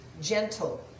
gentle